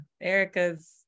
Erica's